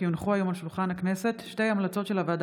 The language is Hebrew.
כי הונחו היום על שולחן הכנסת שתי המלצות של הוועדה